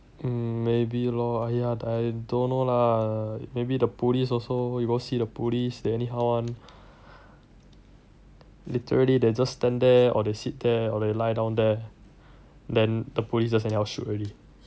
maybe lor !aiya! I don't know lah maybe the police also you go see the police they anyhow [one] literally they just stand there or they sit there or they lie down there then the police just anyhow shoot already